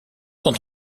sont